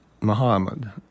Muhammad